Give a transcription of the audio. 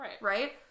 Right